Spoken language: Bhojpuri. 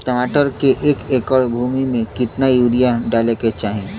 टमाटर के एक एकड़ भूमि मे कितना यूरिया डाले के चाही?